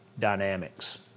dynamics